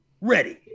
ready